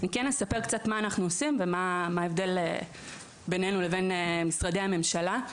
אני כן אספר קצת על מה שאנחנו עושים ועל ההבדל בנינו לבין משרדי הממשלה.